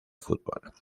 fútbol